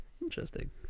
interesting